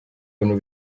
bintu